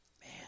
Man